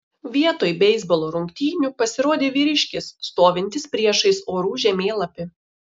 vietoj beisbolo rungtynių pasirodė vyriškis stovintis priešais orų žemėlapį